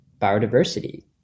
biodiversity